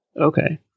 Okay